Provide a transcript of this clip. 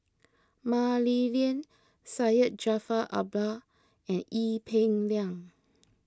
Mah Li Lian Syed Jaafar Albar and Ee Peng Liang